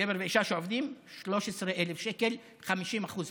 גבר ואישה שעובדים 13,000 שקל, 50% פחות.